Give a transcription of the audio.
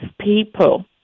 people